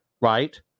right